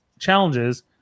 Challenges